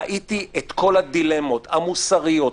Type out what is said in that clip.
ראיתי את כל הדילמות המוסריות,